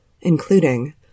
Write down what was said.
including